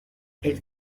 elle